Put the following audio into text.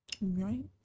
right